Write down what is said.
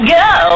go